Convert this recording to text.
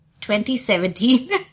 2017